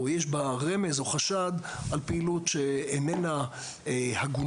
או יש בה רמז או חשד על פעילות שאיננה הגונה,